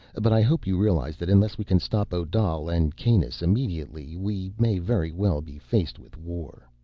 but i hope you realize that unless we can stop odal and kanus immediately, we may very well be faced with war.